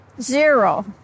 Zero